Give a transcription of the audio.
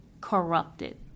corrupted